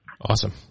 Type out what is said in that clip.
Awesome